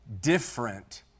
different